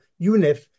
UNIF